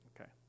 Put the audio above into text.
Okay